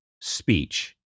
speech